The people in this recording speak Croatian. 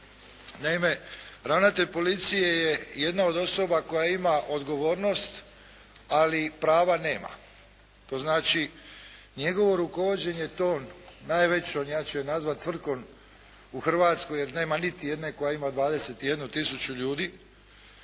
Naime, ravnatelj policije je jedna od osoba koja ima odgovornost ali prava nema. To znači njegovo rukovođenje tom, najvećom, ja ću je nazvati tvrtkom u Hrvatskoj jer nema niti jedne koja ima 21 tisuću ljudi,